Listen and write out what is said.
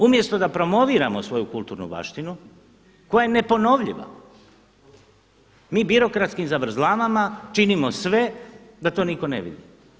Umjesto da promoviramo svoju kulturnu zaštitu koja je neponovljiva, mi birokratskim zavrzlamama činimo sve da to nitko ne vidi.